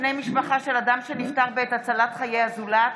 לבני משפחה של אדם שנפטר בעת הצלת חיי הזולת),